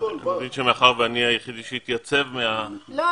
אני מבין שמאחר ואני היחידי שהתייצב --- לא,